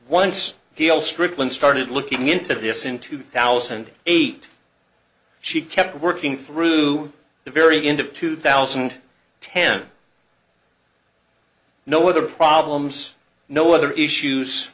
once he all stricklin started looking into this in two thousand and eight she kept working through the very end of two thousand and ten no other problems no other issues